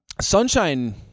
Sunshine